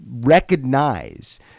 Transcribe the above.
recognize